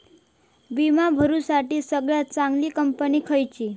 विमा भरुच्यासाठी सगळयात चागंली कंपनी खयची?